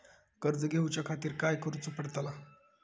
कर्ज घेऊच्या खातीर काय करुचा पडतला?